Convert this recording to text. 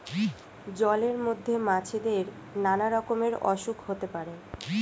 জলের মধ্যে মাছেদের নানা রকমের অসুখ হতে পারে